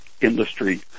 industry